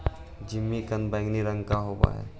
जिमीकंद बैंगनी रंग का होव हई